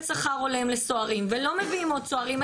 שכר הולם לסוהרים ולא מביאים עוד סוהרים,